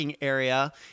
area